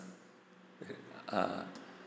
err